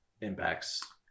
Impact's